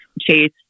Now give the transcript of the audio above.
Chase